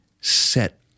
set